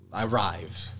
arrived